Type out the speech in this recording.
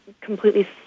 completely